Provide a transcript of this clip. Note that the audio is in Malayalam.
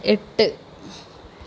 എട്ട്